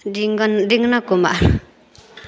ढिग डिघ्न कुमार